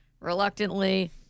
reluctantly